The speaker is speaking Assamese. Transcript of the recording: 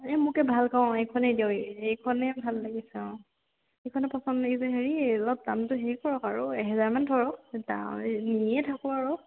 এই মোকে ভাল পাওঁ এইখনেই দিয়ক এইখনে ভাল লাগিছে অঁ এইখনে পচন্দ লাগিছে হেৰি অলপ দামটো হেৰি কৰক আৰু এহেজাৰমান ধৰক দা নিয়ে থাকোঁ আৰু